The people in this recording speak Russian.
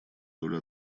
долю